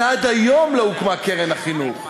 ועד היום לא הוקמה קרן החינוך.